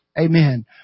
Amen